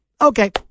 Okay